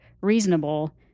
reasonable